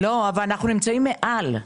אבל אנחנו נמצאים מעל,